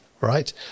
right